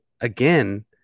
again